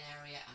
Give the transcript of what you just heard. area